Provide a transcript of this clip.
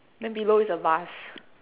then below is a vase